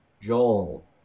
Joel